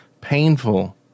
painful